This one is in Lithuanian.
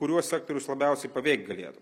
kuriuos sektorius labiausiai paveikt galėtų